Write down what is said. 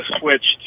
switched